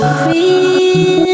free